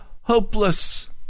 hopeless